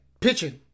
pitching